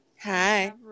hi